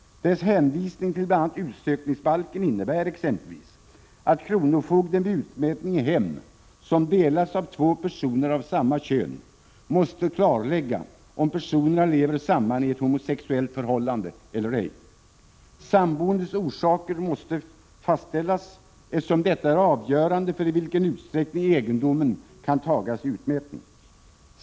Hänvisningen till bl.a. utsökningsbalken innebär exempelvis att kronofogden vid utmätning i hem som delas av två personer av samma kön måste klarlägga om personerna lever samman i ett homosexuellt förhållande eller ej. Samboendets orsaker måste fastställas, eftersom det är avgörande för i vilken utsträckning egendomen kan tagas i utmätning.